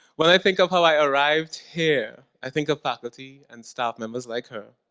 when i think of how i arrived here i think of faculty and staff members, like her,